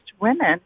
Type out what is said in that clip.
women